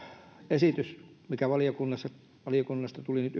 esitys mikä valiokunnasta tuli nyt